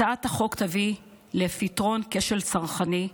הצעת החוק תביא לפתרון כשל צרכני,